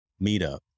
meetup